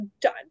done